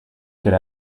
could